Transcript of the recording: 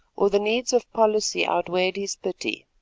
or the needs of policy outweighed his pity.